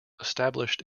established